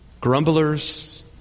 Grumblers